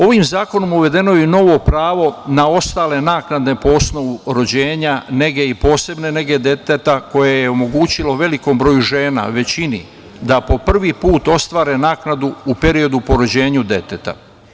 Ovim zakonom uvedeno je novi pravo na ostale naknade po osnovu rođenja, nege i posebne negde deteta koje je omogućilo velikom broju žena, većina, da po prvi put ostvare naknade u periodu po rođenju deteta.